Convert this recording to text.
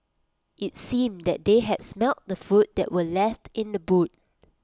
IT seemed that they had smelt the food that were left in the boot